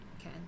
okay